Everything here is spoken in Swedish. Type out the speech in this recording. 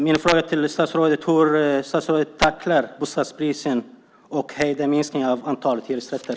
Min fråga till statsrådet är: Hur vill statsrådet tackla bostadsbristen och minskningen av antalet hyresrätter?